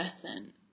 person